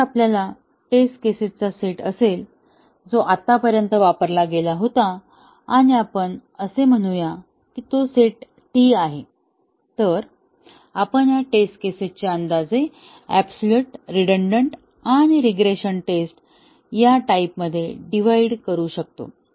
जर आपल्याकडे टेस्ट केसचा सेट असेल जो आतापर्यंत वापरला गेला होता आणि आपण असे म्हणूया की तो सेट T आहे तर आपण या टेस्ट केसेस चे अंदाजे आबसोलेट रिडंडंट आणि रीग्रेशन टेस्ट या टाईप मध्ये डिव्हाइड करू शकतो